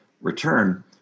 return